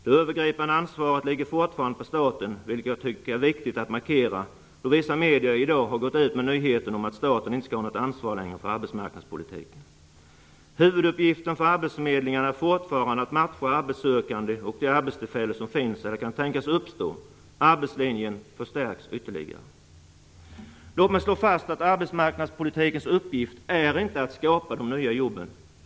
Det övergripande ansvaret ligger fortfarande på staten, vilket jag tycker är viktigt att markera då vissa medier i dag har gått ut med nyheten om att staten inte längre skall ha något ansvar för arbetsmarknadspolitiken. Huvuduppgiften för arbetsförmedlingen är fortfarande att matcha arbetssökande och de arbetstillfällen som finns eller kan tänkas uppstå. Arbetslinjen förstärks ytterligare. Låt mig slå fast att arbetsmarknadspolitikens uppgift inte är att skapa de nya jobben.